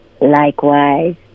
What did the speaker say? likewise